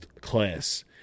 Class